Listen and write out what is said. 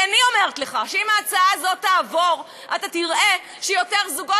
כי אני אומרת לך שאם ההצעה הזאת תעבור אתה תראה שיותר זוגות